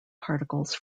particles